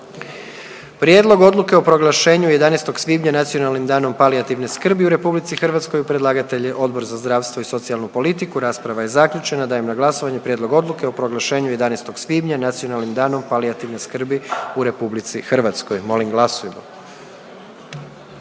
Prijedlog odluke o proglašenju 11. svibnja Nacionalnim danom palijativne skrbi u Republici Hrvatskoj. Predlagatelj je Odbor za zdravstvo i socijalnu politiku. Rasprava je zaključena. Dajem na glasovanje prijedlog odluke o proglašenju 11. svibnja Nacionalnim danom palijativne skrbi u Republici Hrvatskoj. Molim glasujmo.